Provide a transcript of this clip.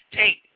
take